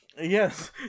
Yes